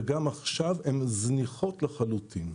וגם עכשיו הן זניחות לחלוטין.